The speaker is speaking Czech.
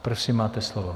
Prosím, máte slovo.